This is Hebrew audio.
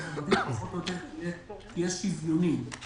והגליל תהיה שוויונית פחות או יותר.